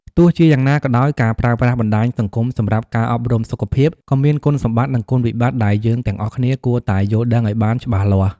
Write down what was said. ទោះជាយ៉ាងណាក៏ដោយ ការប្រើប្រាស់បណ្តាញសង្គមសម្រាប់ការអប់រំសុខភាពក៏មានគុណសម្បត្តិ និងគុណវិបត្តិដែលយើងទាំងអស់គ្នាគួរតែយល់ដឹងឲ្យបានច្បាស់លាស់។